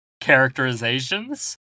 characterizations